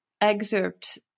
excerpt